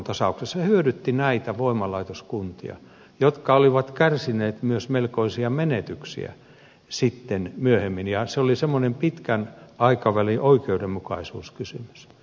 se hyödytti näitä voimalaitoskuntia jotka olivat kärsineet myös melkoisia menetyksiä sitten myöhemmin ja se oli semmoinen pitkän aikavälin oikeudenmukaisuuskysymys